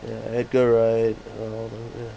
ya edgar wright and all that ya